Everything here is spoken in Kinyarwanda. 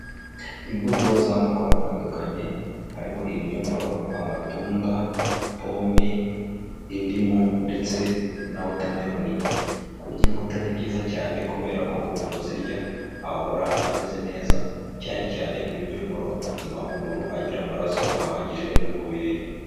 Imbuto z'amoko atandukanye, harimo ibinyomoro, amatunda, pome, indimu ndetse na watemelon, kurya imbuto ni byiza cyane kubera ko umuntu uzirya ahora ameze neza, cyane cyane ibinyomoro, bituma umuntu agira amaraso ahagije mu mubiri.